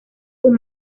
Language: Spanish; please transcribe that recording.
con